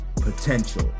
potential